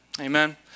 Amen